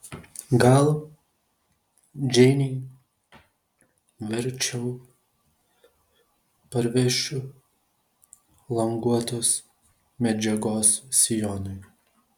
gal džeinei verčiau parvešiu languotos medžiagos sijonui